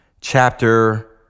chapter